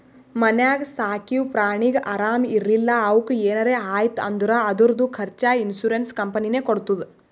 ಮನ್ಯಾಗ ಸಾಕಿವ್ ಪ್ರಾಣಿಗ ಆರಾಮ್ ಇರ್ಲಿಲ್ಲಾ ಅವುಕ್ ಏನರೆ ಆಯ್ತ್ ಅಂದುರ್ ಅದುರ್ದು ಖರ್ಚಾ ಇನ್ಸೂರೆನ್ಸ್ ಕಂಪನಿನೇ ಕೊಡ್ತುದ್